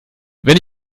wenn